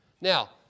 Now